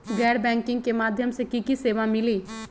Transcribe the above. गैर बैंकिंग के माध्यम से की की सेवा मिली?